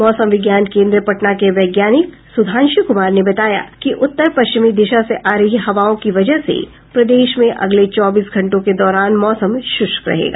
मौसम विज्ञान केन्द्र पटना के वैज्ञानिक सुधांश कुमार ने बताया है कि उत्तर पश्चिमी दिशा से आ रही हवाओं की वजह से प्रदेश में अगले चौबीस घंटों के दौरान मौसम शुष्क रहेगा